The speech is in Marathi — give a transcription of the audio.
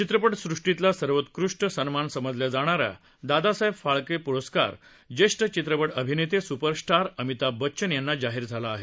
चित्रपटसृष्टीतला सर्वोच्च सन्मान समजाला जाणा या दादासाहेब फाळके प्रस्कार ज्येष्ठ चित्रपट अभिनेते स्परस्टार अमिताभ बच्चन यांना जाहीर झाला आहे